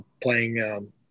playing